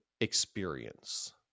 experience